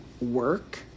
work